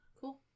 Cool